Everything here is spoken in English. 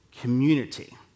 community